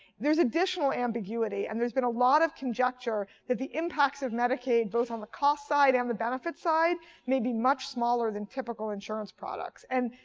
there's additional ambiguity and there's been a lot of conjecture that the impacts of medicaid both on the cost side and the benefits side may be much smaller than typical insurance products. and